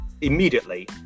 immediately